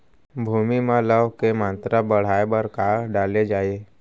भूमि मा लौह के मात्रा बढ़ाये बर का डाले जाये?